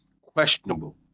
questionable